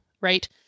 right